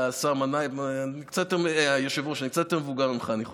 היושב-ראש, אני קצת יותר מבוגר ממך, אני חושב.